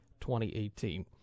2018